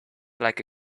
like